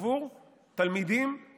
עבור תלמידים,